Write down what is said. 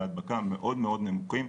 וההדבקה מאוד נמוכים.